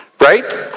Right